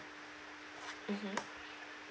mmhmm